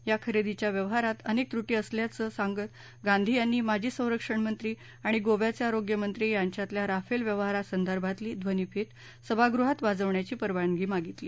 या खरेदीच्या व्यवहारात अनेक त्रुटी असल्याचं सांगत गांधी यांनी माजी संरक्षणमंत्री आणि गोव्याचे आरोग्यमंत्री यांच्यातल्या राफेल व्यवहारासंदर्भातली ध्वनीफीत सभागृहात वाजवण्याची परवानगी मागितली